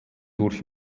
durch